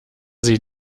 sie